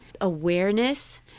awareness